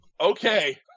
Okay